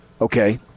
Okay